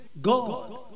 God